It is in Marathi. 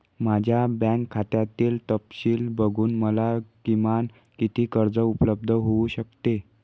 माझ्या बँक खात्यातील तपशील बघून मला किमान किती कर्ज उपलब्ध होऊ शकते?